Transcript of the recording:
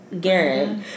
Garrett